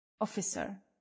Officer